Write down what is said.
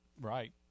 right